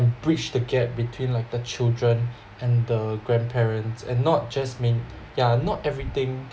bridge the gap between like the children and the grandparents and not just mean yeah not everything